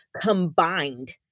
combined